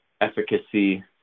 efficacy